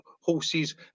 horses